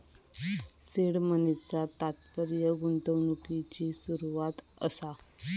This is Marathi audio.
सीड मनीचा तात्पर्य गुंतवणुकिची सुरवात असा